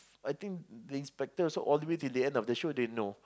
I think the inspector all the way till the end of the show they know